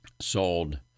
sold